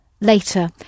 later